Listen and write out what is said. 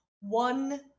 One